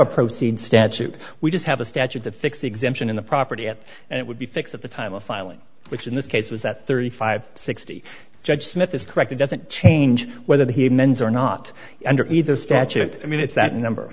a proceed statute we just have a statute that fix the exemption in the property at and it would be fixed at the time of filing which in this case was that thirty five sixty judge smith is correct it doesn't change whether he men's or not under either statute i mean it's that number